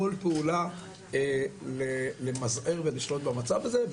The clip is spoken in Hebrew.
כל פעולה למזער ולשלוט במצב הזה,